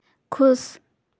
खुश